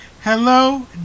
Hello